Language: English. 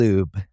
Lube